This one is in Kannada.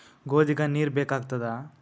ಗೋಧಿಗ ನೀರ್ ಬೇಕಾಗತದ?